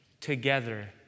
together